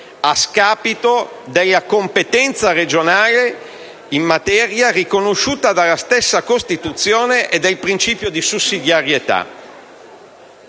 a scapito della competenza regionale in materia, riconosciuta dalla stessa Costituzione, e del principio di sussidiarietà.